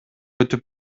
өтүп